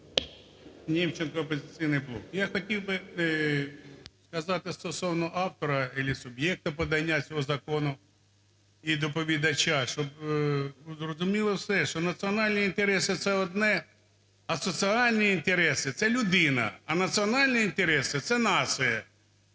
Німченко, "Опозиційний блок". Я хотів би сказати стосовно автора или суб'єкта подання цього закону і доповідача. Що, ну, зрозуміло все, що національні інтереси – це одне, а соціальні інтереси – це людина. А національні інтереси – це нація.